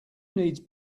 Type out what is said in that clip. needs